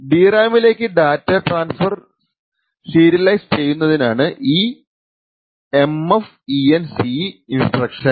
DRAM ലേക്ക് data transfer serialize ചെയ്യുന്നതിനാണ് ഈ MFENCE ഇൻസ്ട്രക്ഷൻ